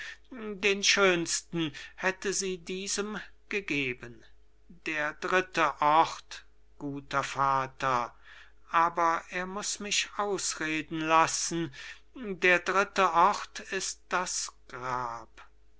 den schönsten hätte sie diesem gegeben der dritte ort guter vater aber er muß mich ausreden lassen der dritte ort ist das grab